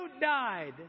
died